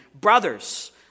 Brothers